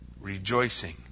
rejoicing